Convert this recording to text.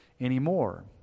anymore